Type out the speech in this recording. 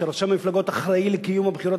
שרשם המפלגות אחראי לקיום בחירות